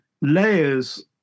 layers